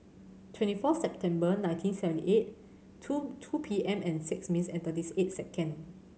twenty four September nineteen seventy eight two two P M and six minutes and thirties eight second